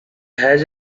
has